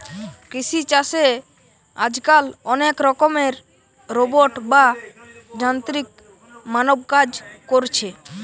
কৃষি চাষে আজকাল অনেক রকমের রোবট বা যান্ত্রিক মানব কাজ কোরছে